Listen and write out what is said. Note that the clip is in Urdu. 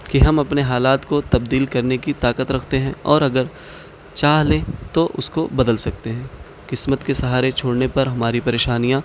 کہ ہم اپنے حالات کو تبدیل کرنے کی طاقت رکھتے ہیں اور اگر چاہ لیں تو اس کو بدل سکتے ہیں قسمت کے سہارے چھوڑنے پر ہماری پریشانیاں